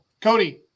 Cody